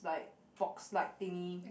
like box like thingy